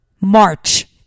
March